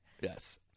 Yes